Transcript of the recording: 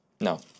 no